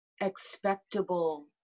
expectable